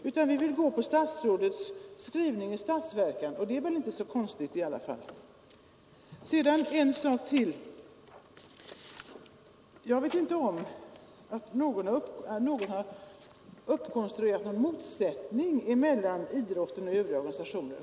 Vi vill i stället gå på statsrådets skrivning i statsverkspropositionen, och det är väl inte så konstigt. Sedan en sak till. Jag vet inte om att någon har uppkonstruerat någon motsättning mellan idrotten och övriga organisationer.